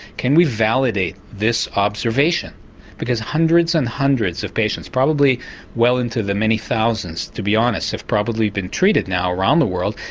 can we validate this observation because hundreds and hundreds of patients, probably well into the many thousands to be honest have probably been treated now around the world,